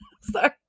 Sorry